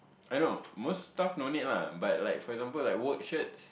I know most stuff no need lah but like for example like work shirts